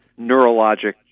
neurologic